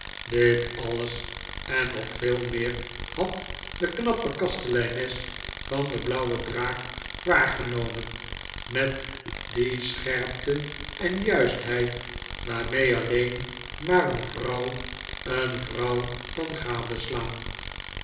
dit alles en nog veel meer had de knappe kasteleines van de blauwe draak waargenomen met die scherpte en juistheid waarmee alleen maar een vrouw een vrouw kan